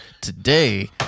today